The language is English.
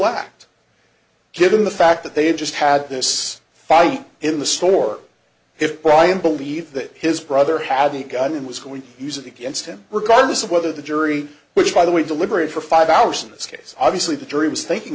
act given the fact that they just had this fight in the store if brian believed that his brother had a gun and was going to use it against him regardless of whether the jury which by the way deliberated for five hours in this case obviously the jury was thinking